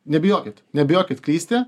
nebijokit nebijokit klysti